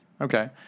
Okay